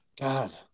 God